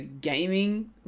gaming